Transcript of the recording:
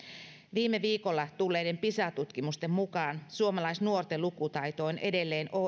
viime viikolla tulleiden pisa tutkimuksen tulosten mukaan suomalaisnuorten lukutaito on edelleen